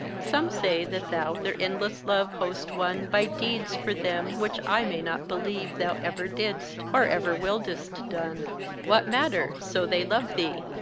some say that thou their endless love host won by deeds for them which i may not believe thou ever didst, or ever willedst done what matter, so they love thee?